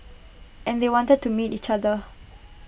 and they wanted to meet each other